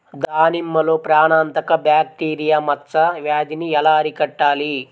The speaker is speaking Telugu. దానిమ్మలో ప్రాణాంతక బ్యాక్టీరియా మచ్చ వ్యాధినీ ఎలా అరికట్టాలి?